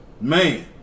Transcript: man